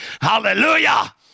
Hallelujah